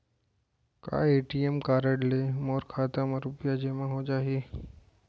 का ATM card ले मोर खाता म रुपिया जेमा हो जाही?